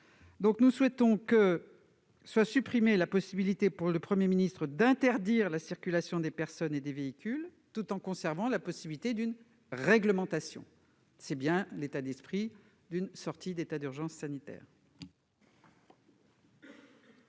nous souhaitons que soit supprimée la possibilité, pour le Premier ministre, d'interdire la circulation des personnes et des véhicules, tout en conservant la possibilité d'une réglementation. C'est bien l'état d'esprit d'une sortie de l'état d'urgence sanitaire.